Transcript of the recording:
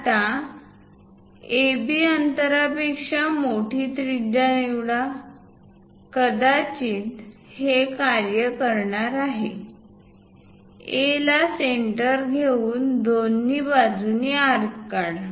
आता AB अंतरापेक्षा मोठी त्रिज्या निवडा कदाचित हे कार्य करणार आहे A ला सेंटर घेऊन दोन्ही बाजूंनी आर्क काढा